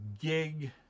gig